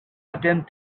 attempt